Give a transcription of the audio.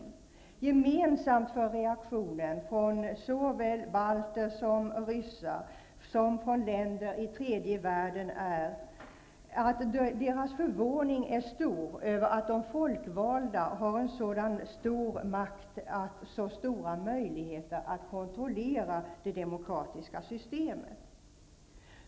Den gemensamma reaktionen från såväl balter, ryssar som från länder i tredje världen är att förvåningen är stor över att de folkvalda har en sådan stor makt och stora möjligheter att kontrollera det demokratiska systemet.